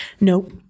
Nope